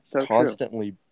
constantly